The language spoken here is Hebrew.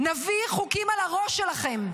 נביא חוקים על הראש שלכם,